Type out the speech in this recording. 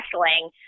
wrestling